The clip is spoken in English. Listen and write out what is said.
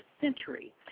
century